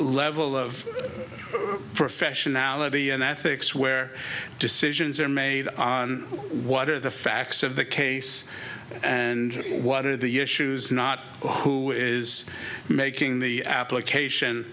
level of professionality and ethics where decisions are made what are the facts of the case and what are the issues not who is making the application